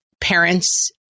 parents